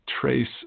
trace